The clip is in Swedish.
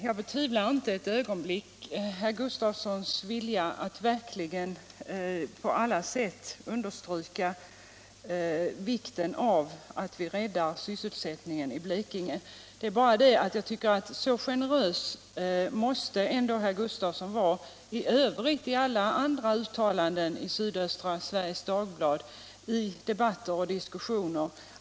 Jag betvivlar inte ett ögonblick herr Gustafssons i Ronneby vilja att på olika sätt understryka vikten av att vi räddar sysselsättningen i Blekinge. Det är bara det att jag tycker att herr Gustafsson kunde vara så generös att han kan finna något positivt i alla andra uttalanden i Sydöstra Sveriges Dagblad, i debatter och diskussioner.